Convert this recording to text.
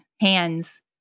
hands